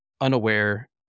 unaware